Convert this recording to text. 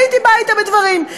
הייתי באה אתה בדברים.